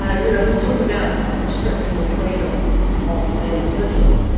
ah you know we talk about restricting the freedom of the individual.